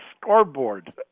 scoreboard